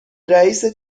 رئیست